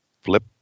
Flip